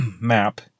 map